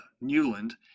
Newland